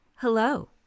Hello